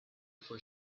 for